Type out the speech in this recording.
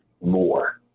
more